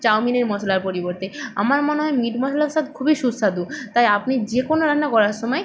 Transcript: চাউমিনের মশলার পরিবর্তে আমার মনে হয় মিট মশলার স্বাদ খুবই সুস্বাদু তাই আপনি যে কোনো রান্না করার সময়